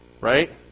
right